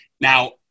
Now